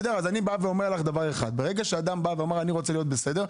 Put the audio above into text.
אני בא ואומר לך דבר אחד: ברגע שאדם בא ואמר: "אני רוצה להיות בסדר,